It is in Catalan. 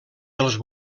dels